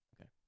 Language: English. Okay